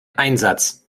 einsatz